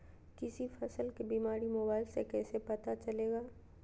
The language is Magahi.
किसी फसल के बीमारी मोबाइल से कैसे पता चलेगा?